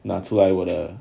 拿出来我的